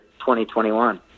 2021